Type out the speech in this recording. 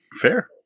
Fair